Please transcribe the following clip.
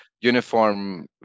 uniform